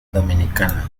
dominicana